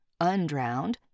undrowned